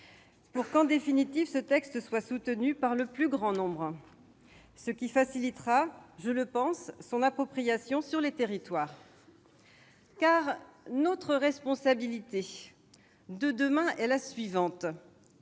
pour que, en définitive, le texte soit soutenu par le plus grand nombre, ce qui facilitera son appropriation sur les territoires. Notre responsabilité pour demain est la suivante